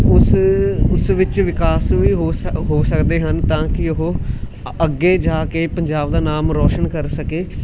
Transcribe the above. ਉਸ ਉਸ ਵਿੱਚ ਵਿਕਾਸ ਵੀ ਹੋ ਸਕ ਹੋ ਸਕਦੇ ਹਨ ਤਾਂ ਕਿ ਉਹ ਅੱ ਅੱਗੇ ਜਾ ਕੇ ਪੰਜਾਬ ਦਾ ਨਾਮ ਰੌਸ਼ਨ ਕਰ ਸਕੇ